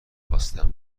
خواستم